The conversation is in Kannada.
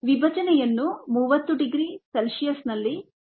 ವಿಭಜನೆಯನ್ನು 30 ಡಿಗ್ರಿ c ನಲ್ಲಿ 7